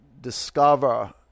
discover